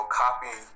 copy